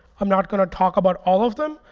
i'm not going to talk about all of them,